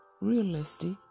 realistic